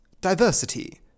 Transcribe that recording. diversity